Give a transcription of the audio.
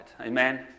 Amen